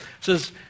says